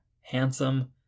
handsome